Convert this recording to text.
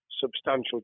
substantial